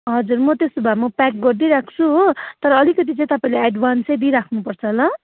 हजुर म त्यसो भए म प्याक गरिदिई राख्छु हो तर अलिकति चाहिँ तपाईँले एडभान्स चाहिँ दिइराख्नु पर्छ ल